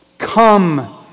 Come